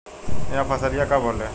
यह फसलिया कब होले?